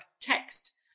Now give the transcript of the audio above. text